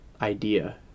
idea